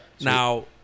Now